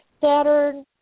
Saturn